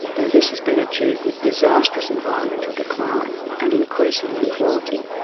though this has been achieved with disastrous environmental decline and increasing inequality.